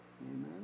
Amen